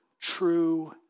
true